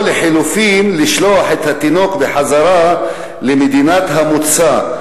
או לחלופין, לשלוח את התינוק בחזרה למדינת המוצא.